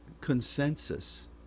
consensus